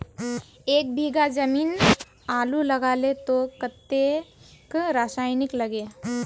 एक बीघा जमीन आलू लगाले तो कतेक रासायनिक लगे?